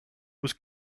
was